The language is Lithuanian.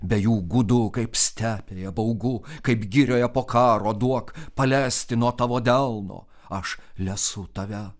be jų gūdu kaip stepėje baugu kaip girioje po karo duok palesti nuo tavo delno aš lesu tave